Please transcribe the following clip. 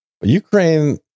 ukraine